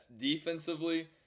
defensively